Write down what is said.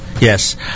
Yes